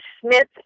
Smith